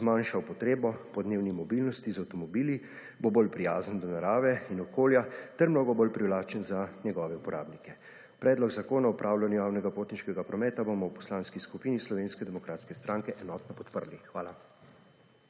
bo zmanjšal potrebo po dnevni mobilnosti z avtomobili, bo bolj prijazen do narave in okolja ter mnogo bolj privlačen za njegove uporabnike. Predlog zakona o upravljanju javnega potniškega prometa bomo v Poslanski skupini Slovenske demokratske stranke enotno podprli. Hvala.